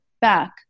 back